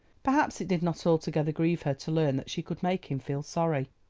perhaps it did not altogether grieve her to learn that she could make him feel sorry.